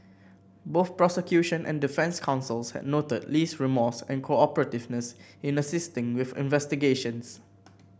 both prosecution and defence counsels had noted Lee's remorse and cooperativeness in assisting with investigations